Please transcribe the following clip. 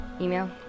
email